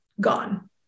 gone